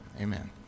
amen